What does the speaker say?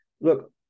Look